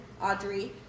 Audrey